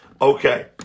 Okay